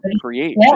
create